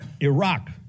Iraq